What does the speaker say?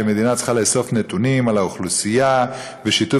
המדינה צריכה לאסוף נתונים על האוכלוסייה ושיתוף